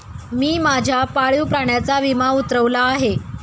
मी माझ्या पाळीव प्राण्याचा विमा उतरवला आहे